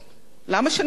למה שנגיד לא?